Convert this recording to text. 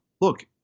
look